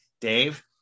Dave